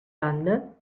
banda